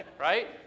Right